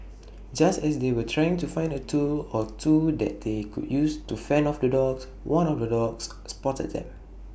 just as they were trying to find A tool or two that they could use to fend off the dogs one of the dogs spotted them